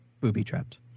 booby-trapped